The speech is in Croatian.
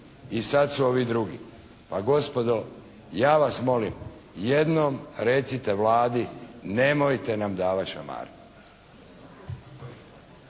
i sada su ovi drugi. Pa gospodo ja vas molim, jednom recite Vladi nemojte nam davati šamare.